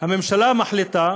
הממשלה מחליטה